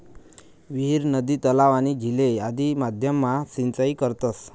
विहीर, नदी, तलाव, आणि झीले आदि माध्यम मा सिंचाई करतस